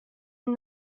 این